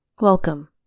welcome